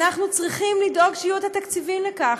אנחנו צריכים שיהיו תקציבים לכך,